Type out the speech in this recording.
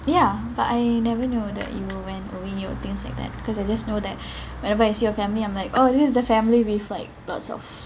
ya but I never knew that you went away or things like that because I just know that whenever I see your family I'm like oh this is the family with like lots of